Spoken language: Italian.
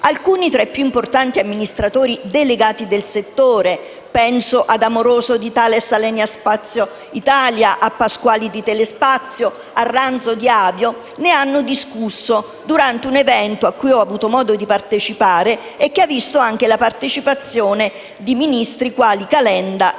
Alcuni tra i più importanti amministratori delegati del settore, penso a Donato Amoroso di Thales Alenia Space Italia, a Luigi Pasquali di Telespazio e a Giulio Ranzo di Avio, ne hanno discusso durante un evento, a cui ho avuto modo di partecipare, che ha visto anche la partecipazione dei ministri Calenda e